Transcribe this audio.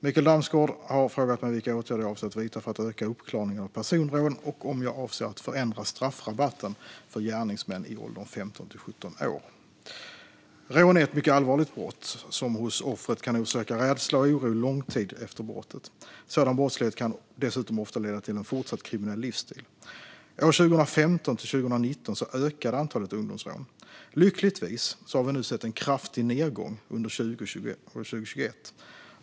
Mikael Damsgaard har frågat mig vilka åtgärder jag avser att vidta för att öka uppklaringen av personrån och om jag avser att förändra straffrabatten för gärningsmän i åldern 15-17 år. Rån är ett mycket allvarligt brott som hos offret kan orsaka rädsla och oro lång tid efter brottet. Sådan brottslighet kan dessutom ofta leda till en fortsatt kriminell livsstil. År 2015-2019 ökade antalet ungdomsrån. Lyckligtvis har vi nu sett en kraftig nedgång under 2020-2021.